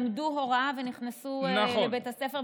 למדו הוראה ונכנסו לבית הספר,